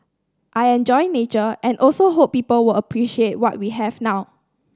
I enjoy nature and also hope people will appreciate what we have now